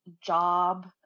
job